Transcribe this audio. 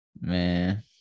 Man